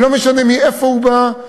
ולא משנה מאיפה הוא בא,